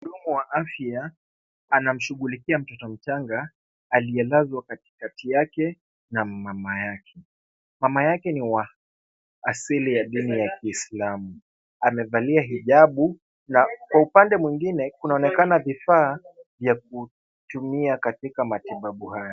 Mhudumu wa afya anamshughulikia mtoto mchanga, aliyelazwa kati kati yake na mama yake. Mama yake ni wa asili ya dini ya kiislamu. Amevalia hijabu na kwa upande mwingine kunaonekana vifaa vya kutumia katika matibabu haya.